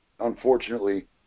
Unfortunately